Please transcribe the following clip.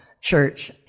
church